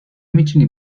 میتونی